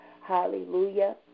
Hallelujah